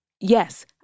yes